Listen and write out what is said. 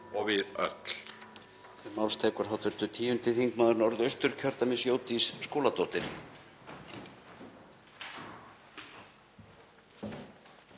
og við öll.